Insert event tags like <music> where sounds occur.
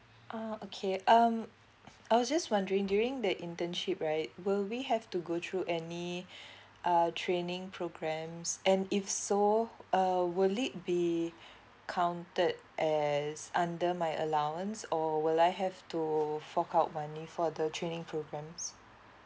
oh okay um I was just wondering during the internship right will we have to go through any <breath> uh training programs and if so uh will it be counted as under my allowance or will I have to fork out money for the training programs